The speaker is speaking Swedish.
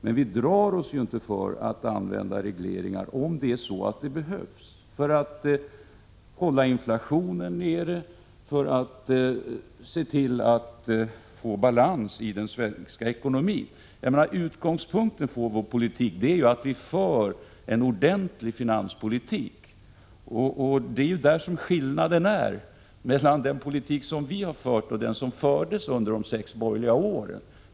Men vi drar oss inte för att använda regleringar om de behövs för att hålla inflationen nere och för att skapa balans i den svenska ekonomin. Utgångspunkten för vår politik är alltså att vi för en ordentlig finanspolitik. Det är där skillnaden ligger mellan den politik vi har fört och den som fördes under de sex borgerliga åren.